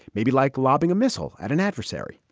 maybe like lobbing a missile at an adversary.